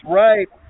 right